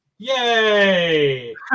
Yay